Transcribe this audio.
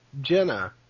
Jenna